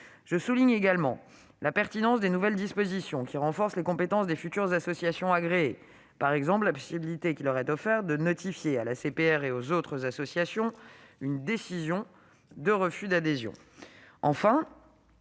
Je souligne en outre la pertinence des nouvelles dispositions renforçant les compétences des futures associations agréées, par exemple la possibilité qui leur est offerte de notifier à l'ACPR et aux autres associations une décision de refus d'adhésion.